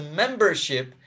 membership